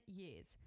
years